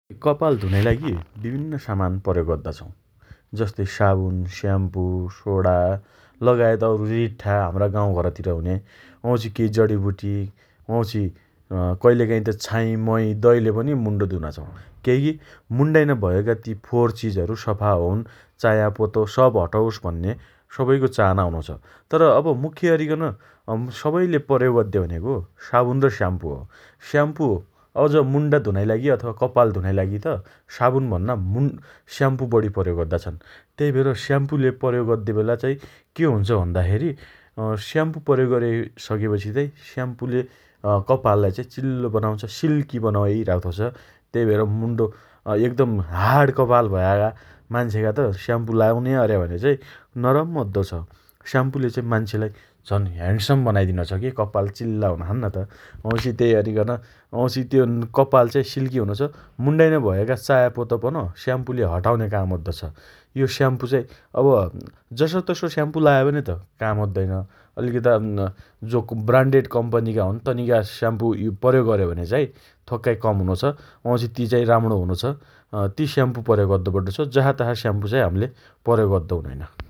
कपाल धुनाइ लागि विभिन्न सामान प्रयोग अद्दा छौँ । जस्तै साबुन, स्याम्पु, सोडा, लगायत अरु रिठ्ठा हम्रा गाउँघरतिर हुने वाउँछि केही जडिबुटी वाउँछि अँ कहिलेकाहीँ त छाईँ महि दहीले पनि मुन्टो धुना छन् । केइकी मुन्टाइना भएका ती फोहोर चिजहरु सफा होउन चायापोतो सब हटोस भन्ने सबैको चाहना हुनोछ । तर, अब मुख्यअरिकन अँ सबैले प्रयोग अद्दे भनेको साबुन र स्याम्पु हो । स्याम्पु अझ मुन्टा धुनाइ लागि अथवा कप्पाल धुनाइ लागि त साबुन भन्ना मुन् स्याम्पु बढी प्रयोग अद्दा छन् । तेइ भएर स्याम्पुले प्रयोग अद्देबेला चाइ के हुन्छ भन्दाखेरी अँ स्याम्पु प्रयोग अरिसकेपछि चाइ स्याम्पुले अँ कप्पाललाई चिल्लो बनाउँछ । सिल्की बनाइ राख्तोछ । तेइ भएर मुन्टो अँ एकदम हार्ड् कपाल भया मान्छेका त स्याम्पु लाउने अरे भने नरम अद्दो छ । स्याम्पुले चाइ मान्छेलाई झन् हेण्डसम् बनाइदिनो छ के कप्पाल चिल्ला हुना छन् त । वाउँछि तेइअरिकन त्यो कप्पाल चाइ सिल्की हुन्छ । मुन्टाइना भया चाया पोतो पन स्याम्पुले हटाउने काम अद्दोछ । यो स्याम्पु चाइ अब जसोतसो स्याम्पु लाय भनेत काम अद्दइन । अलिकता जो ब्राण्डेड कम्पनीका हुन् तनी स्याम्पु प्रयोग अर्या भने चाइ थोक्काइ कम हुनोछ । वाउँछि ती चाइ राम्णो हुनोछ । अँ ति स्याम्पु प्रयोग अद्दो पड्डोछ । जसातसा स्याम्पु चाइ हम्ले प्रयोग अद्दो हुनैनन ।